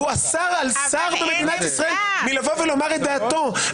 אסר על שר במדינת ישראל לומר את דעתו.